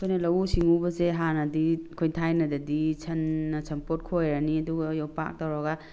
ꯑꯩꯈꯣꯏꯅ ꯂꯧꯎ ꯁꯤꯡꯎꯕꯁꯦ ꯍꯥꯟꯅꯗꯤ ꯑꯩꯈꯣꯏ ꯊꯥꯏꯅꯗꯗꯤ ꯁꯟꯅ ꯁꯟꯄꯣꯠ ꯈꯣꯏꯔꯅꯤ ꯑꯗꯨꯒ ꯌꯣꯝꯄꯥꯛ ꯇꯧꯔꯒ